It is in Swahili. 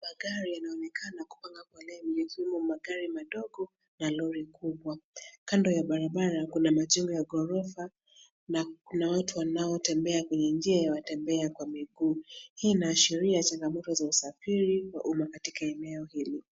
Magari yanaonekana kupanga foleni. Zimo magari madogo na lori kubwa. Kando ya barabara kuna majengo ya ghorofa na kuna watu wanaotembea kwenye njia ya watembea kwa miguu. Hii inaashiria changamoto za usafiri wa umma katika eneo hili.